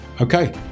Okay